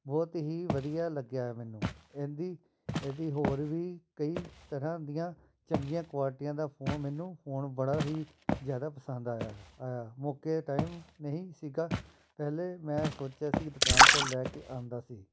ਬਹੁਤ ਹੀ ਵਧੀਆ ਲੱਗਿਆ ਮੈਨੂੰ ਇਹਦੀ ਇਹਦੀ ਹੋਰ ਵੀ ਕਈ ਤਰ੍ਹਾਂ ਦੀਆਂ ਚੰਗੀਆਂ ਕੁਆਲਟੀਆਂ ਦਾ ਫੋਨ ਮੈਨੂੰ ਫੋਨ ਬੜਾ ਹੀ ਜ਼ਿਆਦਾ ਪਸੰਦ ਆਇਆ ਹੈ ਆਇਆ ਮੌਕੇ ਟਾਈਮ ਨਹੀਂ ਸੀਗਾ ਪਹਿਲਾਂ ਮੈਂ ਸੋਚਿਆ ਸੀ ਦੁਕਾਨ ਤੋਂ ਲੈ ਕੇ ਆਉਂਦਾ ਸੀ